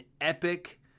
epic